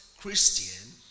Christian